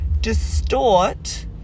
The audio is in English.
distort